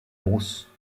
bruce